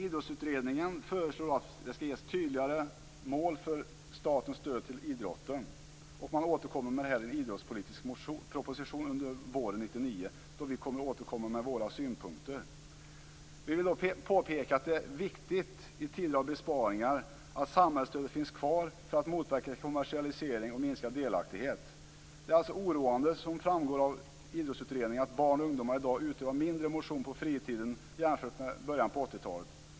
Idrottsutredningen föreslår att det skall ges tydligare mål för statens stöd till idrotten. Regeringen återkommer om detta i en idrottspolitisk proposition under våren 1999, och vi kommer då att återkomma med våra synpunkter. Vi vill dock påpeka att det är viktigt i tider av besparingar att samhällsstödet finns kvar för att motverka kommersialisering och minskad delaktighet. Det är alltså oroande, såsom framgår av Idrottsutredningen, att barn och ungdomar i dag utövar mindre motion på fritiden än i början av 80-talet.